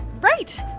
right